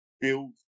build